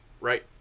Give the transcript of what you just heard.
Right